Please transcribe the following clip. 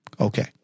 Okay